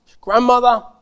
grandmother